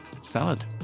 salad